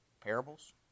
parables